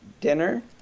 dinner